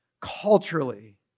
culturally